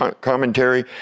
commentary